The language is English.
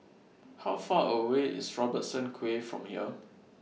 How Far away IS Robertson Quay from here